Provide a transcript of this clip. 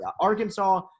Arkansas